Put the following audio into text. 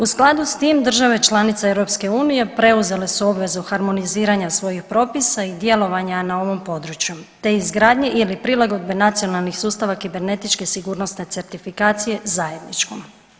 U skladu s tim, države članice EU preuzele su obvezu harmoniziranja svojih propisa i djelovanja na ovom području te izgradnje ili prilagodbe nacionalnih sustava kibernetičke sigurnosne certifikacije zajedničko.